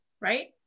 right